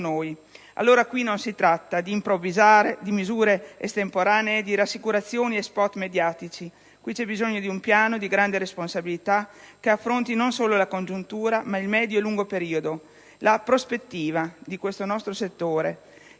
Qui, allora, non si tratta di improvvisare, di misure estemporanee, di rassicurazioni e *spot* mediatici: qui c'è bisogno di un piano di grande responsabilità che affronti non solo la congiuntura, ma il medio e lungo periodo, la prospettiva di questo settore,